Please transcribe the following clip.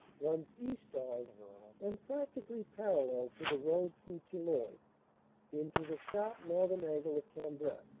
runs east of and practically parallel to the road through tilloy into the sharp northern angle of cam brai.